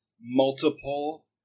multiple